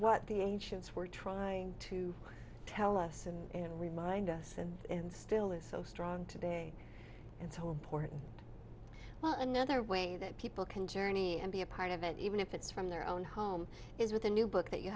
what the ancients were trying to tell us and remind us and and still is so strong today and so important well another way that people can journey and be a part of it even if it's from their own home is with a new book that you